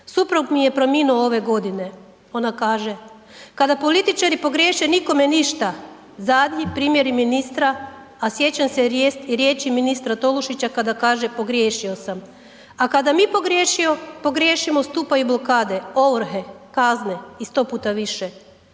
suprug mi je preminuo ove godine, ona kaže kada političari pogriješe nikome ništa, zadnji primjeri ministra, a sjećam se riječi ministra Tolušića kada kaže pogriješio sam, a kada mi pogriješimo stupaju blokade, ovrhe, kazne i sto puta više.